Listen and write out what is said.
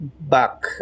back